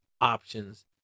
options